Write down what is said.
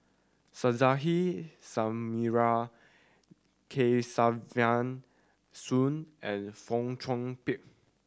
Suzairhe Sumari Kesavan Soon and Fong Chong Pik